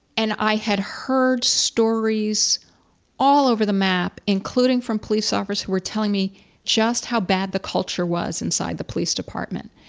and i had heard stories all over the map, including from police officers who were telling me just how bad the culture was inside the police department.